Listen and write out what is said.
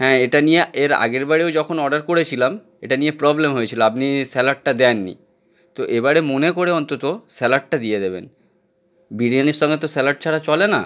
হ্যাঁ এটা নিয়ে এর আগেরবারেও যখন অর্ডার করেছিলাম এটা নিয়ে প্রবলেম হয়েছিলো আপনি স্যালাডটা দেন নি তো এবারে মনে করে অন্তত স্যালাডটা দিয়ে দেবেন বিরিয়ানির সঙ্গে তো স্যালাড ছাড়া চলে না